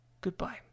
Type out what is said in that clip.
goodbye